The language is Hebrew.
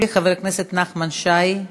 חבר הכנסת נחמן שי.